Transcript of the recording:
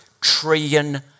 trillion